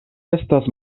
estas